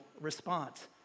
response